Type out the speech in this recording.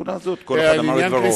בנקודה זו כל אחד אמר את דברו.